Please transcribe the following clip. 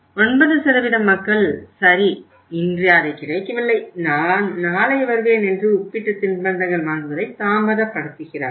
9 மக்கள் சரி இன்று அது கிடைக்கவில்லை நான் நாளை வருவேன் என்று உப்பிட்ட தின்பண்டங்கள் வாங்குவதை தாமதப்படுத்துகிறார்கள்